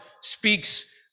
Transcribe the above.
speaks